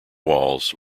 walls